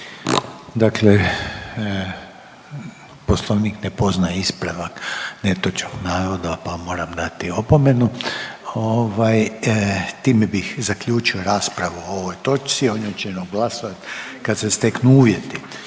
Dakle, Poslovnik ne poznaje ispravak netočnog navoda pa vam moram dati opomenu ovaj time bih zaključio raspravu o ovoj točci, o njoj ćemo glasovati kad se steknu uvjeti.